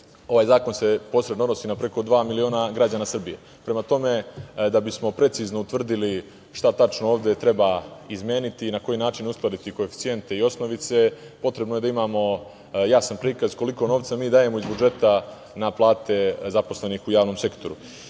ovaj zakon se posredno odnosi na preko dva miliona građana Srbije. Prema tome, da bismo precizno utvrdili šta tačno ovde treba izmeniti i na koji način uskladiti koeficijente i osnovice, potrebno je da imamo jasan prikaz koliko novca mi dajemo iz budžeta na plate zaposlenih u javnom sektoru. To